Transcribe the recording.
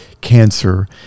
cancer